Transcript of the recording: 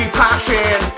passion